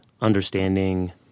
understanding